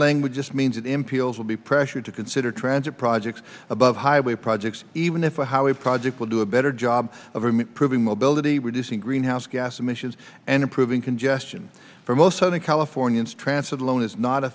language just means that in peoples will be pressured to consider transit projects above highway projects even if a house project would do a better job of proving mobility reducing greenhouse gas emissions and improving congestion for most southern californians transferred alone is not a